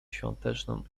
świąteczną